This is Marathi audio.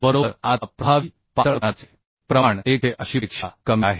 बरोबर आता प्रभावी पातळपणाचे प्रमाण 180 पेक्षा कमी आहे